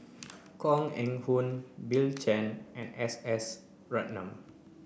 Koh Eng Hoon Bill Chen and S S Ratnam